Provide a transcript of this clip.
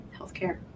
healthcare